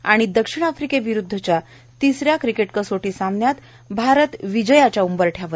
आणि दक्षिण आफ्रिकेविरूद्धच्या तिसऱ्या क्रिकेट कसोटी सामन्यात भारत विजयाच्या उंबरठ्यावर